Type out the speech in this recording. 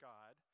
God